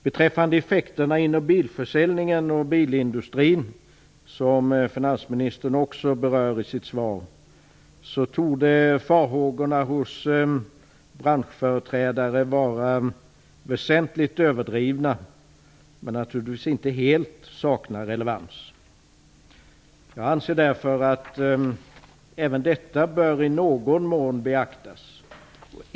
Beträffande effekterna inom bilförsäljningen och bilindustrin, som finansministern också berör i sitt svar, torde farhågorna hos branschföreträdare vara väsentligt överdrivna men naturligtvis inte helt sakna relevans. Jag anser därför att även detta i någon mån bör beaktas.